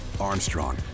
Armstrong